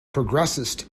progressist